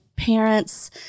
Parents